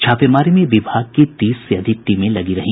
छापेमारी में विभाग की तीस से अधिक टीमें लगी रहीं